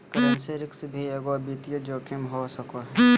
currency risk भी एगो वित्तीय जोखिम हो सको हय